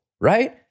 right